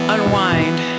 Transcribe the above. Unwind